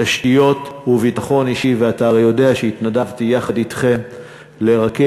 תשתיות וביטחון אישי." אתה הרי יודע שהתנדבתי יחד אתכם לרכז